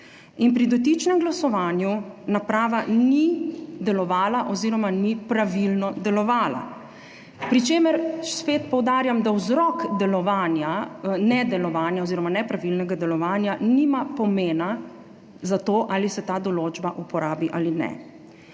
pri dotičnem glasovanju naprava ni delovala oziroma ni pravilno delovala. Pri čemer spet poudarjam, da vzrok nedelovanja oziroma nepravilnega delovanja nima pomena za to, ali se ta določba uporabi ali ne.